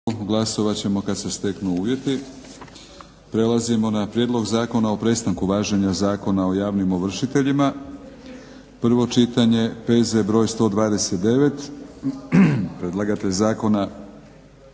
**Batinić, Milorad (HNS)** Prelazimo na - Prijedlog zakona o prestanku važenja Zakona o javnim ovršiteljima, prvo čitanje, PZ br. 129 Predlagatelj zakona…